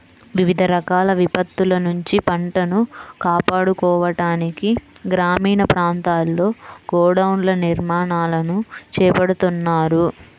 వివిధ రకాల విపత్తుల నుంచి పంటను కాపాడుకోవడానికి గ్రామీణ ప్రాంతాల్లో గోడౌన్ల నిర్మాణాలను చేపడుతున్నారు